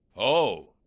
oh!